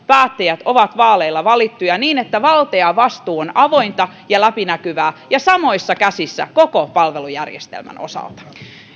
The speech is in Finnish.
päättäjät ovat vaaleilla valittuja niin että valta ja vastuu on avointa ja läpinäkyvää ja samoissa käsissä koko palvelujärjestelmän osalta